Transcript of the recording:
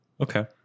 Okay